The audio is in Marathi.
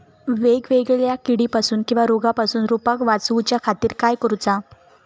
वेगवेगल्या किडीपासून किवा रोगापासून रोपाक वाचउच्या खातीर काय करूचा?